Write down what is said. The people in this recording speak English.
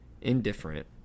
indifferent